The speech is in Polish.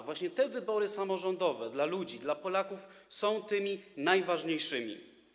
Właśnie wybory samorządowe dla ludzi, dla Polaków są tymi najważniejszymi.